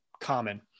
common